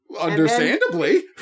Understandably